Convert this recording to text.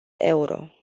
euro